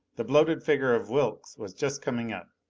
the bloated figure of wilks was just coming up.